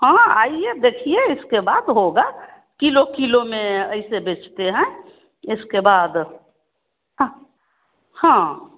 हाँ आइए देखिए इसके बाद होगा किलो किलो में ऐसे बेचते हैं इसके बाद हाँ